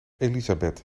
elisabeth